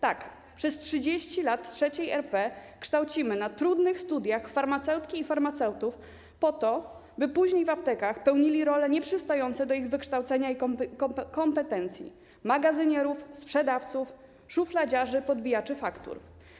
Tak, przez 30 lat w III RP kształcimy na trudnych studiach farmaceutki i farmaceutów po to, by później w aptekach pełnili role nieprzystające do ich wykształcenia i kompetencji: magazynierów, sprzedawców, szufladziarzy, podbijaczy faktur.